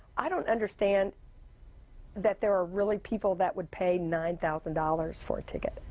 i don't understand that there are really people that would pay nine thousand dollars for a ticket.